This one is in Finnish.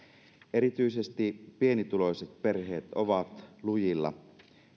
erityisesti pienituloiset perheet ovat lujilla